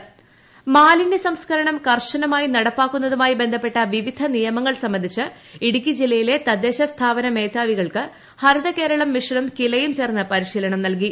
പ്രക്ഷ മാലിനൃം ചെറുതോണി മാലിനൃ സംസ്കരണം കർശനമായി നടപ്പാക്കുന്നതുമായി ബന്ധപ്പെട്ട വിവിധ നിയമങ്ങൾ സംബന്ധിച്ച് ഇടുക്കി ജില്ലയിലെ തദ്ദേശസ്ഥാപന മേധാവികൾക്ക് ഹരിതകേരളം മിഷനും കിലയും ചേർന്ന് പരിശീലനം നൽകി